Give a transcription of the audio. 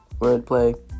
wordplay